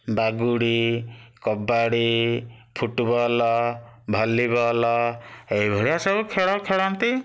ବାଗୁଡ଼ି kabaddi football volleyball ଏଇଭଳିଆ ସବୁ ଖେଳ ଖେଳନ୍ତି